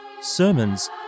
sermons